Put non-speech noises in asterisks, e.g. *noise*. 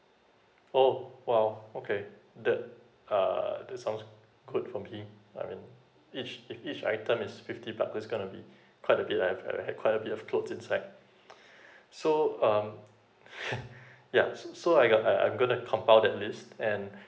oh !wow! okay the uh that sounds good for me I mean each uh each item is fifty buck it's gonna be *breath* quite a bit I have I have a quite a bit of clothes inside *breath* so um *laughs* yeah so so I got I I'm gonna compile that list and *breath*